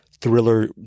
thriller